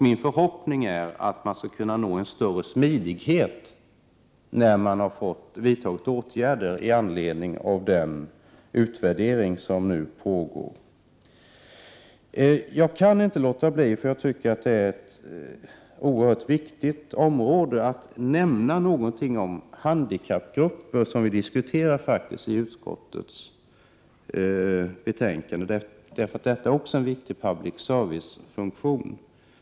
Min förhoppning är att man skall kunna nå en större smidighet när man har vidtagit åtgärder med anledning av den utvärdering som pågår. Eftersom jag tycker att det är ett oerhört viktigt område kan jag inte låta bli att nämna någonting om handikappgrupper, som vi diskuterar i utskottets betänkande — detta är också en viktig public service-funktion.